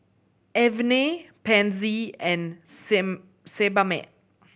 Avene Pansy and Sebamed